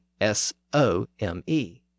S-O-M-E